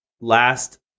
last